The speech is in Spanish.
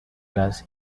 las